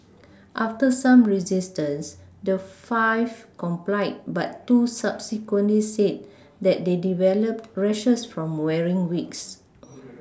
after some resistance the five complied but two subsequently said that they developed rashes from wearing wigs